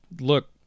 look